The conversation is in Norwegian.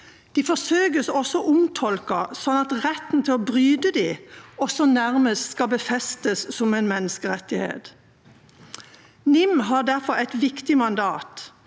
Man forsøker å omtolke dem sånn at retten til å bryte dem nærmest skal befestes som en menneskerettighet. NIM har derfor et viktig mandat.